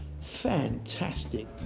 Fantastic